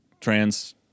trans